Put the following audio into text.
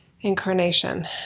incarnation